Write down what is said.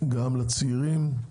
גם לצעירים,